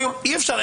אי אפשר.